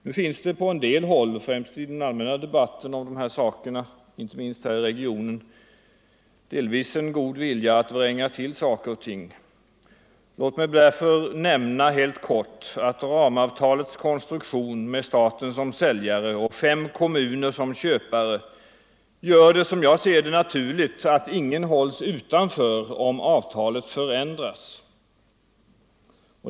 Nu finns det på en del håll, främst i den allmänna debatten om de här frågorna — inte minst här i regionen — en ganska god vilja att vränga till saker och ting. Låt mig därför nämna helt kort att ramavtalets konstruktion, med staten som säljare och fem kommuner som köpare, gör det, enligt min mening, naturligt att ingen hålls utanför om avtalet förändras.